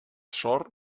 sort